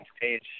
page